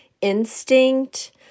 instinct